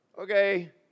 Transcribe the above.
Okay